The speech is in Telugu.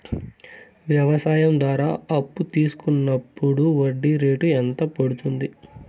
వ్యవసాయం ద్వారా అప్పు తీసుకున్నప్పుడు వడ్డీ రేటు ఎంత పడ్తుంది